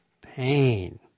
pain